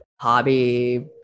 hobby